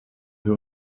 wir